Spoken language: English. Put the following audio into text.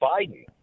Biden